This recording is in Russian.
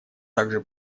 также